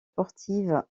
sportives